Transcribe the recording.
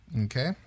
Okay